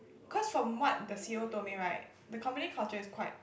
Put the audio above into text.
cause from what the c_e_o told me right the company culture is quite